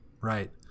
Right